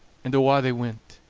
and awa' they went.